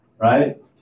right